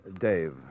Dave